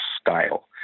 style